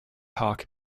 hoc